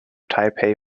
taipei